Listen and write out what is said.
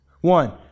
One